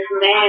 man